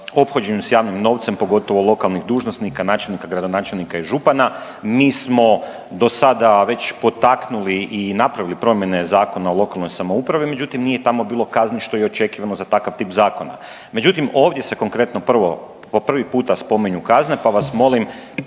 ophođenju s javnim novcem pogotovo lokalnih dužnosnika, načelnika, gradonačelnika i župana, mi smo do sada već potaknuli i napravili promjene Zakona o lokalnoj samoupravi međutim nije tamo bilo kazni što je i očekivano za takav tip zakona. Međutim, ovdje se konkretno prvo po prvi puta spominju kazne pa vas molim